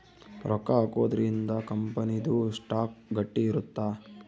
ರೊಕ್ಕ ಹಾಕೊದ್ರೀಂದ ಕಂಪನಿ ದು ಸ್ಟಾಕ್ ಗಟ್ಟಿ ಇರುತ್ತ